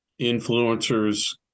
influencers